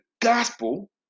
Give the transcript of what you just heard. gospel